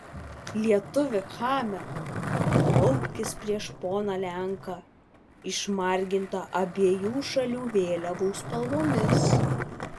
lietuvi chame klaupkis prieš poną lenką išmargintą abiejų šalių vėliavų spalvomis